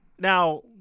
Now